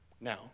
Now